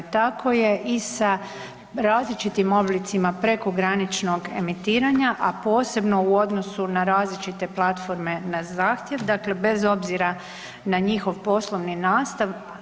Tako je i sa različitim oblicima prekograničnog emitiranje a posebno u odnosu na različite platforme na zahtjev, dakle bez obzira na njihov poslovni nastav.